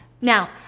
Now